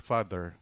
Father